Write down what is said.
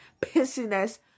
pissiness